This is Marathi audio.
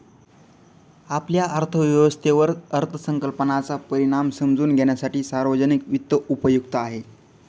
आपल्या अर्थव्यवस्थेवर अर्थसंकल्पाचा परिणाम समजून घेण्यासाठी सार्वजनिक वित्त उपयुक्त आहे